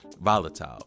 volatile